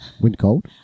Wind-cold